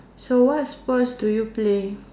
so what sport do you play